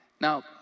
Now